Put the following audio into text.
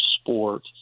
sport